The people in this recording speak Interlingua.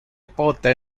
pote